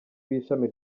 w’ishami